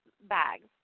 bags